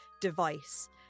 device